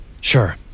Sure